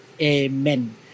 Amen